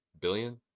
Billion